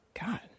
God